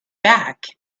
back